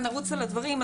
נרוץ על הדברים.